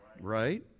Right